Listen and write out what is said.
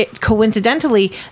coincidentally